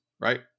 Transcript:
right